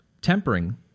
tempering